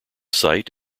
site